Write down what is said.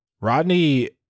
Rodney